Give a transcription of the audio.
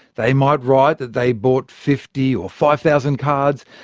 they might write that they bought fifty or five thousand cards,